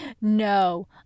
No